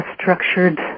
structured